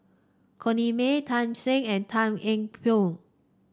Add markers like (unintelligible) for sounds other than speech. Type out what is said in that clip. Corrinne May Tan Shen and Tan Eng (unintelligible)